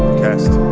test